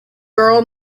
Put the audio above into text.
girl